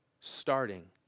starting